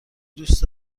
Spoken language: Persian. دوست